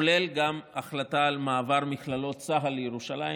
כולל גם החלטה על מעבר מכללות צה"ל לירושלים.